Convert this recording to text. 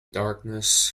darkness